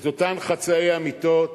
את אותם חצאי אמיתות,